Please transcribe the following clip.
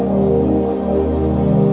or